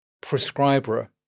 prescriber